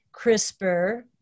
CRISPR